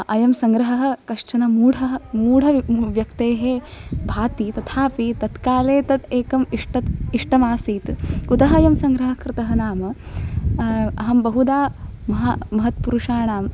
अयं सङ्ग्रहः कश्चन मूढः मूढव्यक्तेः भाति तथापि तत्काले तत् एकं इष्ट इष्टमासीत् कुतः एवं सङ्ग्रह कृतः नाम अहं बहुधा मह महत्पुरुषाणां